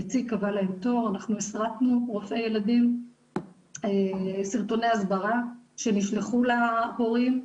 אנחנו הסרטנו רופאי ילדים סרטוני הסברה שנשלחו להורים.